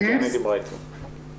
כן, היא דיברה איתי.